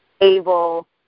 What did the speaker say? able